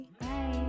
bye